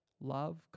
love